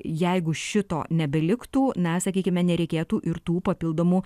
jeigu šito nebeliktų na sakykime nereikėtų ir tų papildomų